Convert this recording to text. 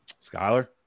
Skyler